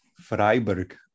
Freiburg